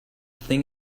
thing